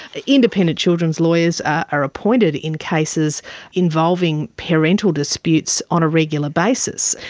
ah independent children's lawyers are appointed in cases involving parental disputes on a regular basis.